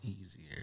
easier